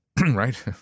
right